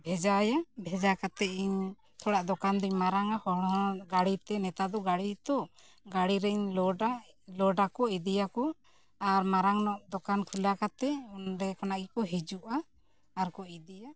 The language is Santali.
ᱵᱷᱮᱡᱟᱭᱟ ᱵᱷᱮᱡᱟ ᱠᱟᱛᱮ ᱤᱧ ᱛᱷᱚᱲᱟ ᱫᱚᱠᱟᱱ ᱫᱩᱧ ᱢᱟᱨᱟᱝᱟ ᱦᱚᱲ ᱦᱚᱸ ᱜᱟᱹᱰᱤᱛᱮ ᱱᱮᱛᱟᱨ ᱫᱚ ᱜᱟᱹᱰᱤ ᱛᱚ ᱜᱟᱹᱰᱤ ᱨᱤᱧ ᱞᱳᱰᱟ ᱞᱳᱰᱟᱠᱚ ᱤᱫᱤᱭᱟᱠᱚ ᱟᱨ ᱢᱟᱨᱟᱝ ᱧᱚᱜ ᱫᱚᱠᱟᱱ ᱠᱷᱩᱞᱟᱹᱣ ᱠᱟᱛᱮ ᱚᱸᱰᱮ ᱠᱷᱚᱱᱟᱜ ᱜᱮᱠᱚ ᱦᱤᱡᱩᱜᱼᱟ ᱟᱨ ᱠᱚ ᱤᱫᱤᱭᱟ